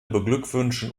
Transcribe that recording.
beglückwünschen